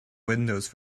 windows